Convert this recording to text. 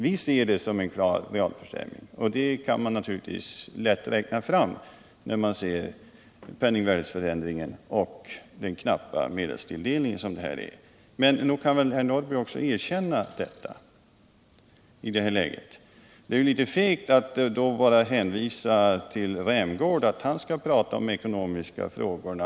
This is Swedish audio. Vi ser det som en klar realförsämring, och det kan man naturligtvis lätt räkna fram att det är när man jämför penningvärdeförsämringen och den knappa medelstilldelningen. Men nog kan väl herr Norrby också erkänna detta i det här läget. Det är litet fegt att bara hänvisa till att Rolf Rämgård skall tala om de ekonomiska frågorna.